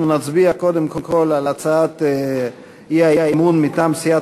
אנחנו נצביע קודם כול על הצעת האי-אמון מטעם סיעת